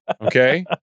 okay